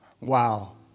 Wow